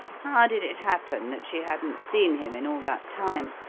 how did it happen that she hadn't seen him in all that time?